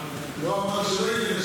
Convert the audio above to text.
אומרים,